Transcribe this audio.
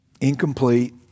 incomplete